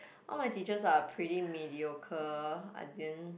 all my teachers are pretty mediocre I didn't